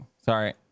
Sorry